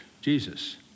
Jesus